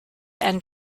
and